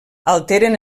alteren